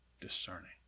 discerning